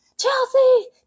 Chelsea